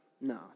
no